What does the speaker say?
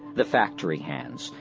the factory hands,